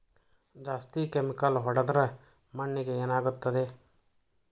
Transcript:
ಜಾಸ್ತಿ ಕೆಮಿಕಲ್ ಹೊಡೆದ್ರ ಮಣ್ಣಿಗೆ ಏನಾಗುತ್ತದೆ?